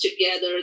together